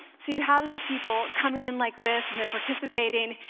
so you have these people coming in like this, and they're participating.